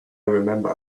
remember